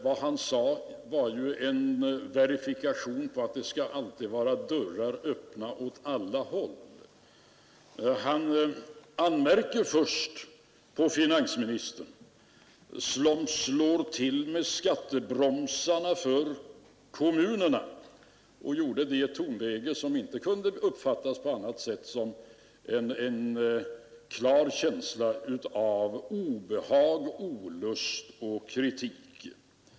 Vad han sade var ju en verifikation på att det alltid skall vara dörrar öppna åt alla håll. Han anmärkte först på finansministern, som slagit till med skattebromsarna för kommunerna, och han gjorde det i ett tonläge som inte kunde uppfattas som annat än ett uttryck för obehag, olust och kritik.